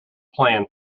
plan